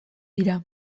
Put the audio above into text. dira